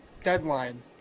Deadline